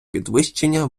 підвищення